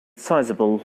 sizable